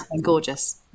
gorgeous